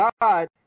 God